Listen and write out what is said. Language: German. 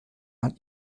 man